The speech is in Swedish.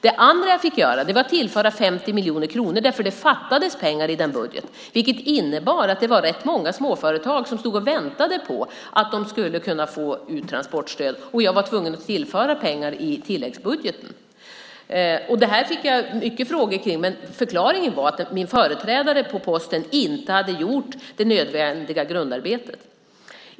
Det andra jag fick göra var att tillföra 50 miljoner kronor därför att det fattades pengar i budgeten. Det var rätt många småföretag som väntade på att de skulle kunna få ut transportstödet. Jag var tvungen att tillföra pengar i tilläggsbudgeten. Det här fick jag mycket frågor om. Förklaringen var att min företrädare på posten inte hade gjort det nödvändiga grundarbetet.